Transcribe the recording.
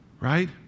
Right